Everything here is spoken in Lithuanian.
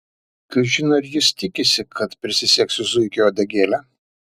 kažin ar jis tikisi kad prisisegsiu zuikio uodegėlę